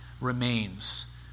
remains